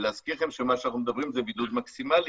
ולהזכיר לכם שמה שאנחנו מדברים זה בידוד מקסימלי,